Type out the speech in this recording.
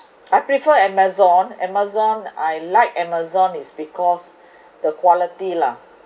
I prefer amazon amazon I like amazon is because the quality lah